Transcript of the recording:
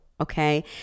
okay